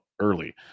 early